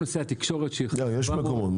יש הרבה מקומות.